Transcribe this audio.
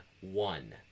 one